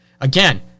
Again